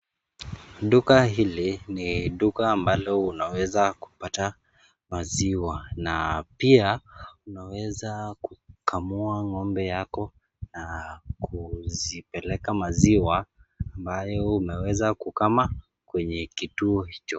Duka hili ni duka ambalo unaweza kupata maziwa na pia unaweza kukamua ng'ombe yako, na kuzipeleka maziwa ambayo umeweza kukama kwenye kituo hicho.